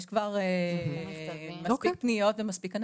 יש כבר מספיק פניות ומספיק אנשים,